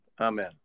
Amen